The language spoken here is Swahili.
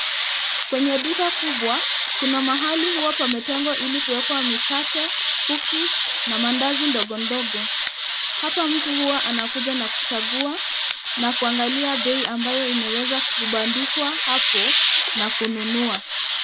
Kwenye duka kubwa kuna mahali huwa pametengwa ili kuwekwa mikate, cookies na mandazi ndogo ndogo. Hapa mtu huwa anakuja na kuchagua na kuangalia bei ambayo imeweza kubandikwa hapo na kununua.